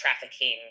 trafficking